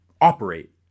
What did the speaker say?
operate